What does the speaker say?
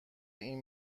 این